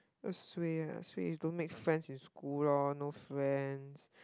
oh suay ah suay is don't make friends in school lor no friends